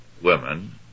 women